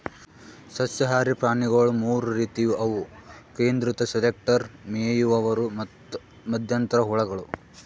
ಸಸ್ಯಹಾರಿ ಪ್ರಾಣಿಗೊಳ್ ಮೂರ್ ರೀತಿವು ಅವು ಕೇಂದ್ರೀಕೃತ ಸೆಲೆಕ್ಟರ್, ಮೇಯುವವರು ಮತ್ತ್ ಮಧ್ಯಂತರ ಹುಳಗಳು